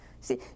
See